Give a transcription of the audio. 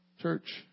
Church